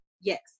Yes